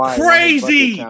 crazy